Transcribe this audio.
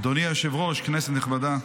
אדוני היושב-ראש, כנסת נכבדה,